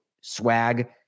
swag